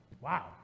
wow